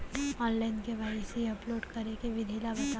Online KYC upload करे के विधि ला बतावव?